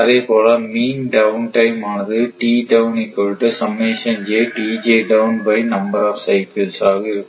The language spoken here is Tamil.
அதேபோல மீன் டவுன் டைம் ஆனது ஆக இருக்கும்